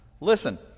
Listen